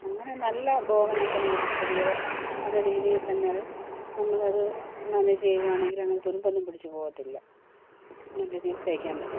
അങ്ങനെ നല്ല ബോബനൊക്കെ മേടിച്ചു പുതിയത് നല്ല രീതിയിൽ തന്നെ അത് നമ്മള് അത് മാനേജ് ചെയ്യുകയാണെങ്കിൽ അങ്ങനെ തുരുമ്പൊന്നും പിടിച്ചുപോകത്തില്ല നല്ല രീതിയിൽ തൈക്കാൻ പറ്റും